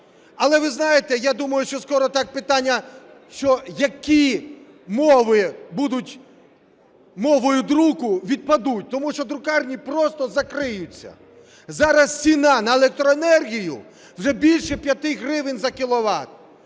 Але ви знаєте, я думаю, що скоро такі питання, що які мови будуть мовою друку, відпадуть, тому що друкарні просто закриються. Зараз ціна на електроенергію вже більше 5 гривень за кіловат,